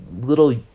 Little